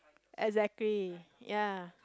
exactly ya